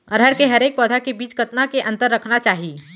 अरहर के हरेक पौधा के बीच कतना के अंतर रखना चाही?